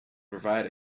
provide